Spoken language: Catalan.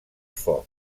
foc